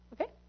Okay